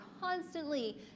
constantly